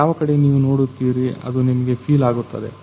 ಯಾವ ಕಡೆ ನೀವು ನೋಡುತ್ತಿರುವಿರಿ ಅದು ನಿಮಗೆ ಫೀಲ್ ಆಗುತ್ತದೆ